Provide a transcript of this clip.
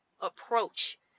approach